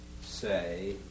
say